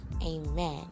Amen